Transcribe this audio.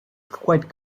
quite